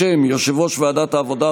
בשם יושב-ראש ועדת העבודה,